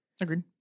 Agreed